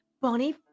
bonnie